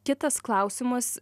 kitas klausimas